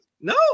No